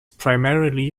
primarily